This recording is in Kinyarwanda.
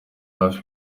hafi